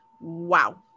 wow